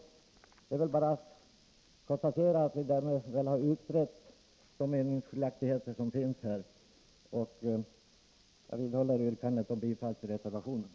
Det är bara att konstatera att vi därmed har utrett de meningsskiljaktigheter som finns. Jag vidhåller yrkandet om bifall till reservationerna.